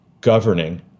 governing